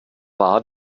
war